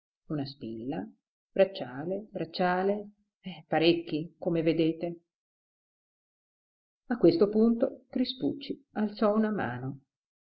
una spilla bracciale bracciale parecchi come vedete a questo punto crispucci alzò una mano